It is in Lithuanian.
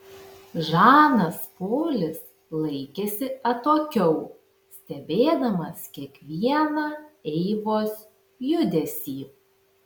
žanas polis laikėsi atokiau stebėdamas kiekvieną eivos judesį